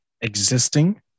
existing